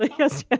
but yes, ah